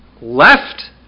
left